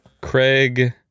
Craig